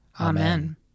Amen